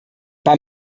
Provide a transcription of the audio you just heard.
bei